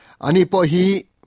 Anipohi